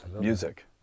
music